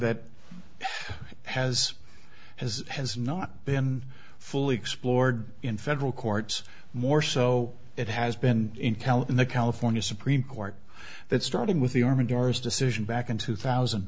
that has as has not been fully explored in federal courts more so it has been in calif and the california supreme court that starting with the armored cars decision back in two thousand